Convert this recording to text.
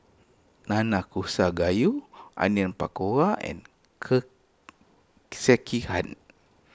Nanakusa Gayu Onion Pakora and Sekihan